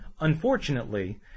Unfortunately